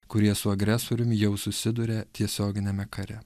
kurie su agresoriumi jau susiduria tiesioginiame kare